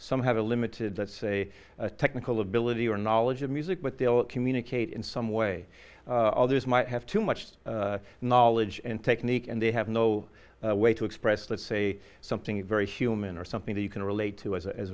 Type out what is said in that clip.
some have a limited that's a technical ability or knowledge of music but they'll communicate in some way others might have too much knowledge and technique and they have no way to express let's say something very human or something that you can relate to as a